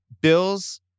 Bills